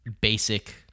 basic